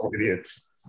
idiots